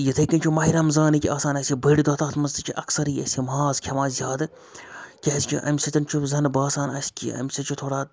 یِتھَے کٔنۍ چھُ ماہِ رَمضانٕکۍ آسان اَسہِ یہِ بٔڑۍ دۄہ تَتھ منٛز تہِ چھِ اَکثر یہِ أسۍ یہِ ماز کھٮ۪وان زیادٕ کیٛازکہِ اَمہِ سۭتۍ چھُ زَنہٕ باسان اَسہِ کہِ اَمہِ سۭتۍ چھُ تھوڑا